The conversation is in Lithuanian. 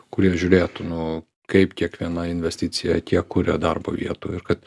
kurie žiūrėtų nu kaip kiekviena investicija kiek kuria darbo vietų ir kad